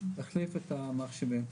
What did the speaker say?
להחליף את המחשבים.